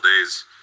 days